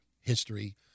history